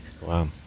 wow